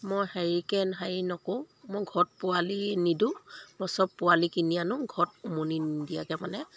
মই হেৰিকৈ হেৰি নকৰোঁ মই ঘৰত পোৱালি নিদিওঁ মই চব পোৱালি কিনি আনো ঘৰত উমনি নিদিয়াকৈ মানে